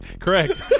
Correct